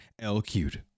LQ'd